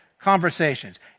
conversations